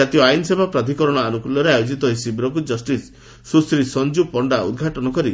ଜାତୀୟ ଆଇନ ସେବା ପ୍ରାଧିକରଣ ଆନୁକୂଲ୍ୟରେ ଆୟୋକିତ ଏହି ଶିବିରକୁ ଜଷିସ୍ ସୁଶ୍ରୀ ସଂଜୁପଣ୍ତା ଉଦ୍ଘାଟନ କରି